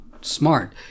smart